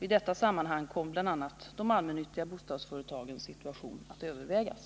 I detta sammanhang kommer bl.a. de allmännyttiga bostadsföretagens situation att övervägas.